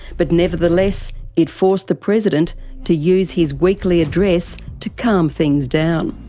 but nevertheless it forced the president to use his weekly address to calm things down.